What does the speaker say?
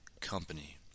company